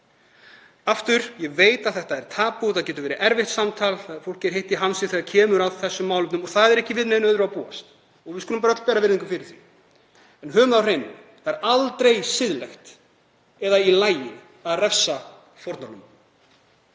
hana. Ég veit að þetta er tabú og getur verið erfitt samtal, fólki er heitt í hamsi þegar kemur að þessum málefnum og ekki við neinu öðru að búast og við skulum bara öll bera virðingu fyrir því. En höfum það á hreinu: Það er aldrei siðlegt eða í lagi að refsa fórnarlömbum.